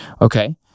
okay